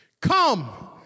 Come